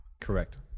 Correct